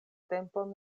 tempon